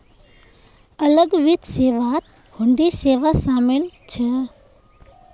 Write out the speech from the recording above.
अलग वित्त सेवात हुंडी सेवा शामिल छ